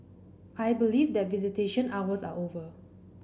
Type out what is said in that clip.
I believe that visitation hours are over